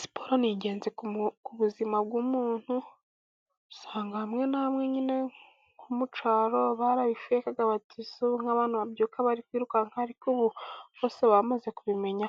Siporo ni ingenzi ku buzima bw'umuntu, usanga hamwe na hamwe nyine nko mucyaro barabifekaga batise nk'abantu babyuka bari kwirukanka, ariko ubu bose bamaze kumenya